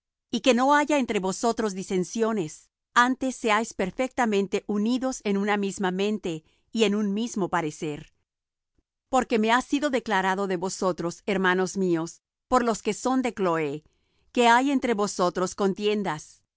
y que no haya entre vosotros disensiones antes seáis perfectamente unidos en una misma mente y en un mismo parecer porque me ha sido declarado de vosotros hermanos míos por los que son de cloé que hay entre vosotros contiendas